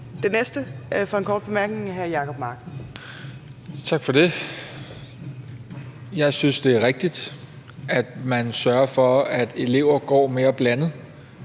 Den næste for en kort bemærkning er hr. Jacob Mark. Kl. 15:39 Jacob Mark (SF): Tak for det. Jeg synes, det er rigtigt, at man sørger for, at elever er mere blandet